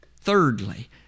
Thirdly